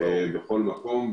בכל מקום.